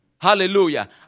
Hallelujah